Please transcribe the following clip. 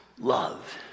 love